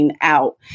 out